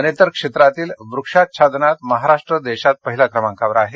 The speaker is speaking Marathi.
वनेतर क्षेत्रातील वृक्षाच्छादनात महाराष्ट्र देशात पहिल्या क्रमांकावर आहे